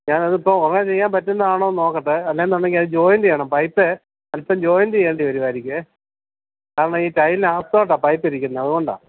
ഞാനത് ഇപ്പോള് ഉടനെ ചെയ്യാൻ പറ്റുന്നതാണോയെന്ന് നോക്കട്ടെ അല്ലെന്നുണ്ടെങ്കില് അത് ജോയിൻ ചെയ്യണം പൈപ്പ് അൽപ്പം ജോയിൻ ചെയ്യേണ്ടി വരുമായിരിക്കും കാരണം ഈ ടൈലിനകത്തോട്ടാണ് ഈ പൈപ്പ് ഇരിക്കുന്നത് അതുകൊണ്ടാണ്